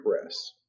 press